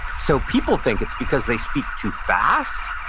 so people think it's because they speak too fast.